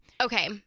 Okay